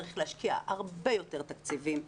צריך להשקיע הרבה יותר תקציבים.